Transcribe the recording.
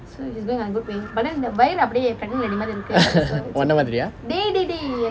so you just going I'm good but then the vane or blade updated pregnant wonder whether ya they they they